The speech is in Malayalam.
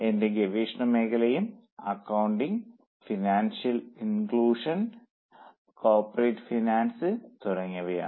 എന്റെ ഗവേഷണ മേഖലയും accounting financial inclusion corporate finance തുടങ്ങിയവയാണ്